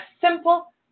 simple